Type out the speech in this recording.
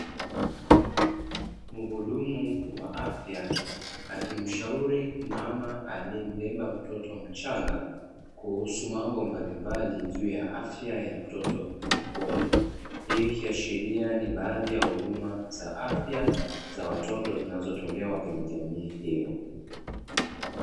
Mhudumu wa afya akimshauri mama aliyembeba mtoto mchanga kuhusu mambo mbalimbali juu ya afya ya mtoto huyo, hii ikiashiria ni baadhi ya huduma za afya za watoto zinazotolewa kwenye jamii hiyo.